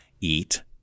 eat